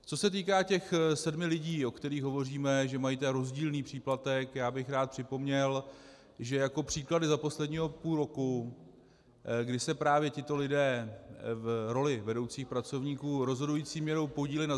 Co se týká těch sedmi lidí, o kterých hovoříme, že mají rozdílný příplatek, já bych rád připomněl, že jako příklady za posledního půl roku, kdy se právě tito lidé v roli vedoucích pracovníků rozhodující měrou podíleli na....